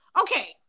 Okay